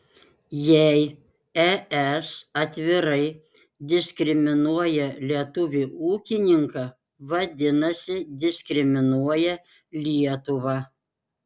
jei es atvirai diskriminuoja lietuvį ūkininką vadinasi diskriminuoja lietuvą